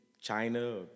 China